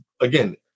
again